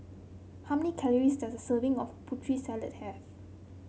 how many calories does a serving of Putri Salad have